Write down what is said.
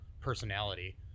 personality